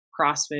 CrossFit